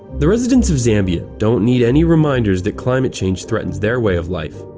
the residents of zambia don't need any reminders that climate change threatens their way of life.